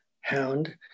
hound